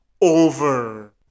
over